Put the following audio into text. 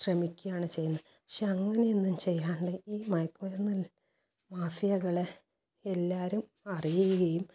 ശ്രമിക്കുകയാണ് ചെയ്യുന്നത് പക്ഷെ അങ്ങനെയൊന്നും ചെയ്യാണ്ട് ഈ മയക്കുമരുന്ന് മാഫിയകളെ എല്ലാവരും അറിയുകയും